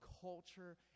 culture